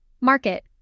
Market